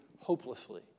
hopelessly